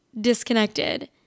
disconnected